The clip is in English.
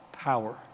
power